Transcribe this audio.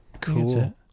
Cool